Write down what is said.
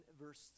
verse